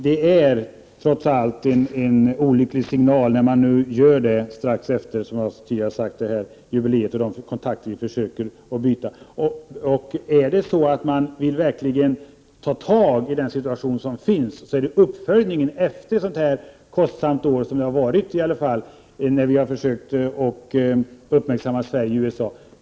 Det är en olycklig signal när man nu genomför denna förändring strax efter jubileet och efter försök till kontaktutbyte. Det är viktigt att man vid uppföljningen efter ett sådant kostsamt år som detta i alla fall har varit ger de rätta signalerna.